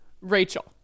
rachel